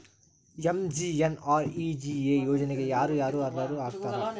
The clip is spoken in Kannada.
ಎಂ.ಜಿ.ಎನ್.ಆರ್.ಇ.ಜಿ.ಎ ಯೋಜನೆಗೆ ಯಾರ ಯಾರು ಅರ್ಹರು ಆಗ್ತಾರ?